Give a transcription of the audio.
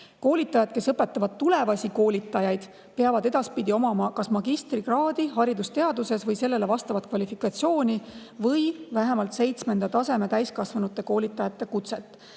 Koolitajatel, kes õpetavad tulevasi koolitajaid, peab edaspidi olema magistrikraad haridusteaduses, sellele vastav kvalifikatsioon või vähemalt seitsmenda taseme täiskasvanutekoolitaja kutse.